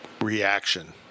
reaction